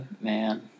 Man